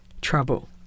trouble